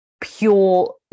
pure